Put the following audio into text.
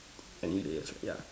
any layers right yeah